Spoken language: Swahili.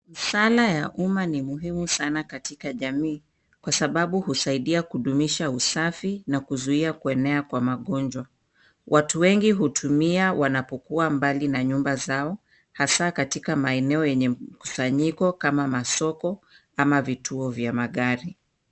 Busara ya umma ni muhimu sana katika jamii kwa sababu husaidia kudumisha usafi na kuzuia kuonea kwa magonjwa. Watu wengi hutumia wanapokuwa mbali na nyumba zao hasa katika maeneo yenye mkusanyiko kama masoko ama vituo vya magari.